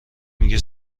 میگه